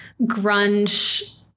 grunge